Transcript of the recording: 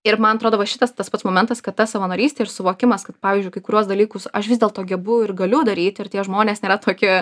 ir man atrodo va šitas tas pats momentas kad ta savanorystė ir suvokimas kad pavyždžiui kai kuriuos dalykus aš vis dėlto gebu ir galiu daryt ir tie žmonės nėra tokie